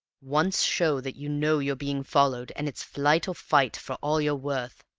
once show that you know you're being followed, and it's flight or fight for all you're worth.